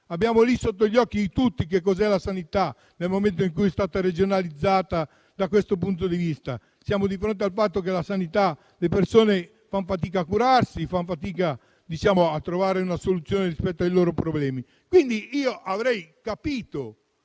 anzi, è sotto gli occhi di tutti che cos'è diventata la sanità nel momento in cui è stata regionalizzata. Siamo di fronte al fatto che le persone fanno fatica a curarsi, fanno fatica a trovare una soluzione rispetto ai loro problemi. Quindi, avrei capito